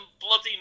bloody